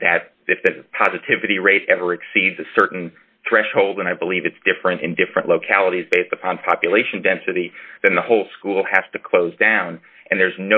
that if that positivity rate ever exceeds a certain threshold and i believe it's different in different localities based upon population density then the whole school has to close down and there's